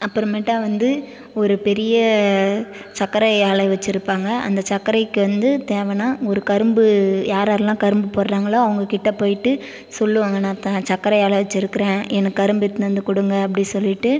அப்புறமேட்டா வந்து ஒரு பெரிய சர்க்கரை ஆலை வச்சுருப்பாங்க அந்த சர்க்கரைக்கு வந்து தேவைனா ஒரு கரும்பு யார் யாரெல்லாம் கரும்பு போடுறாங்களோ அவங்ககிட்டே போயிட்டு சொல்லுவாங்க நான் சர்க்கரை ஆலை வச்சுருக்குறேன் எனக்கு கரும்பு எட்டுனு வந்து கொடுங்க அப்படி சொல்லிட்டு